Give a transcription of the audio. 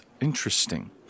Interesting